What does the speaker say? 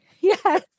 yes